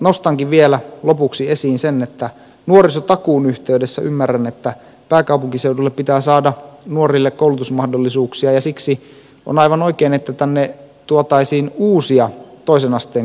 nostankin vielä lopuksi esiin sen että nuorisotakuun yhteydessä ymmärrän että pääkaupunkiseudulle pitää saada nuorille koulutusmahdollisuuksia ja siksi on aivan oikein että tänne tuotaisiin uusia toisen asteen koulutuspaikkoja